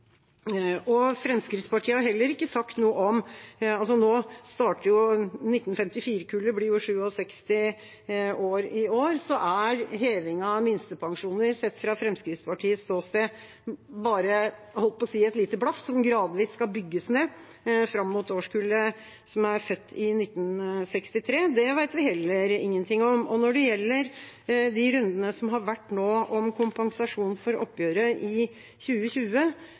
Fremskrittspartiet har heller ikke sagt noe om dette: 1954-kullet blir jo 67 år i år, så er hevingen av minstepensjoner sett fra Fremskrittspartiets ståsted bare, jeg holdt på å si, et lite blaff, som gradvis skal bygges ned fram mot årskullet som er født i 1963? Det vet vi heller ingenting om. Når det gjelder de rundene som har vært nå om kompensasjon for oppgjøret i 2020,